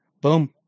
boom